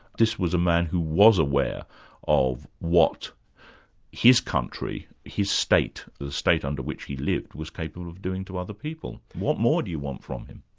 this was a man who was aware of what his country, his state, the state under which he lived, was capable of doing to other people. what more do you want from him?